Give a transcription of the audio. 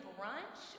Brunch